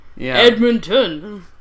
Edmonton